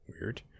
Weird